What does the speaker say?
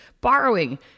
borrowing